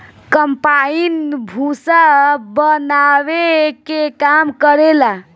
combine भूसा बानावे के काम करेला